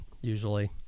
usually